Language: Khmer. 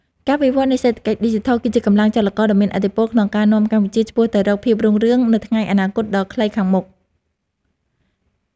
ការវិវត្តនៃសេដ្ឋកិច្ចឌីជីថលគឺជាកម្លាំងចលករដ៏មានឥទ្ធិពលក្នុងការនាំកម្ពុជាឆ្ពោះទៅរកភាពរុងរឿងនៅថ្ងៃអនាគតដ៏ខ្លីខាងមុខ។